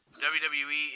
WWE